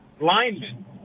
linemen